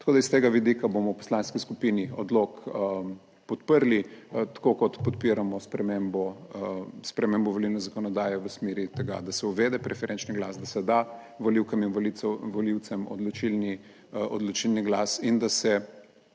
Tako, da s tega vidika bomo v Poslanski skupini odlok podprli, tako kot podpiramo spremembo, spremembo volilne zakonodaje v smeri tega, da se uvede preferenčni glas, da se da volivkam in volivcem odločilni, odločilni glas